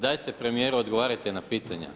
Dajte premijeru odgovarajte na pitanja.